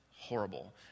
horrible